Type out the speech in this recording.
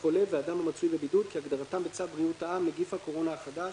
"חולה" ו"אדם המצוי בבידוד" כהגדרתם בצו בריאות העם (נגיף הקורונה החדש)